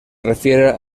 refiere